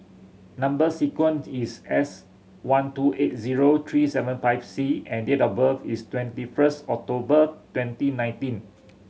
number sequence is S one two eight zero three seven five C and date of birth is twenty first October twenty nineteen